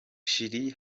shiri